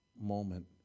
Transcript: moment